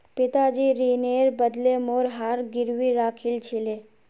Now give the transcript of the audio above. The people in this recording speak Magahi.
पिताजी ऋनेर बदले मोर हार गिरवी राखिल छिले